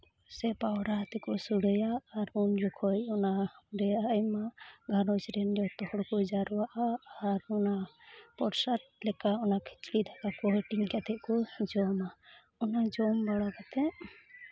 ᱥᱮ ᱯᱟᱣᱨᱟ ᱛᱮᱠᱚ ᱥᱚᱲᱮᱭᱟ ᱟᱨ ᱩᱱ ᱡᱚᱠᱷᱚᱱ ᱚᱱᱟ ᱚᱸᱰᱮ ᱟᱭᱢᱟ ᱜᱷᱟᱨᱚᱸᱡᱽ ᱨᱮᱱ ᱡᱚᱛᱚᱦᱚᱲ ᱠᱚ ᱡᱟᱣᱨᱟᱜᱼᱟ ᱟᱨ ᱚᱱᱟ ᱯᱨᱚᱥᱟᱫ ᱞᱮᱠᱟ ᱚᱱᱟ ᱠᱷᱤᱪᱩᱲᱤ ᱫᱟᱠᱟ ᱠᱚ ᱦᱟᱹᱴᱤᱧ ᱠᱟᱛᱮᱫ ᱠᱚ ᱡᱚᱢᱟ ᱚᱱᱟ ᱡᱚᱢ ᱵᱟᱲᱟ ᱠᱟᱛᱮᱫ